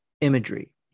imagery